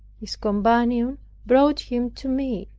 his companion brought him to me.